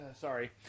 sorry